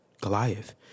Goliath